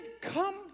come